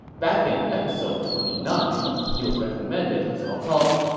back in episode twenty nine, he was recommended to cao cao,